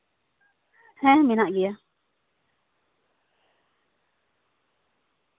ᱦᱮᱸ ᱢᱮᱱᱟᱜ ᱜᱮᱭᱟ